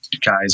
guys